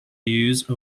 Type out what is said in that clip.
use